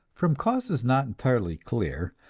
from causes not entirely clear,